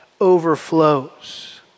overflows